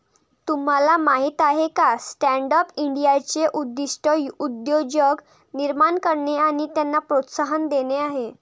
तुम्हाला माहीत आहे का स्टँडअप इंडियाचे उद्दिष्ट उद्योजक निर्माण करणे आणि त्यांना प्रोत्साहन देणे आहे